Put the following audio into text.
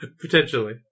Potentially